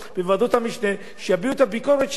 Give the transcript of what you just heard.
בוועדות המשנה שיביעו את הביקורת שלהם.